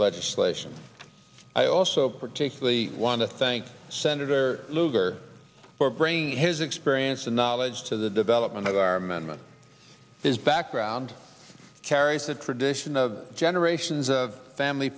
legislation i also particularly want to thank senator lugar for bringing his experience and knowledge to the development of our amendment his background carries the tradition of generations of family